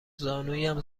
زانویم